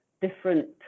different